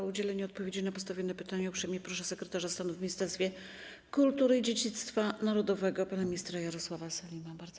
O udzielenie odpowiedzi na postawione pytania uprzejmie proszę sekretarza stanu w Ministerstwie Kultury i Dziedzictwa Narodowego pana ministra Jarosława Sellina.